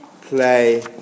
play